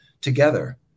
together